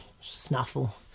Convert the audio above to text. snuffle